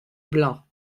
blein